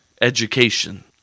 Education